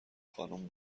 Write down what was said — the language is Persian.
خانم